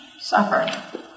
suffer